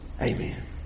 Amen